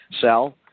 sell